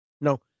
No